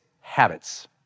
habits